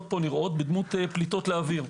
בדמות פליטות לאוויר.